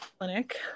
clinic